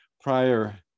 prior